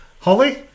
Holly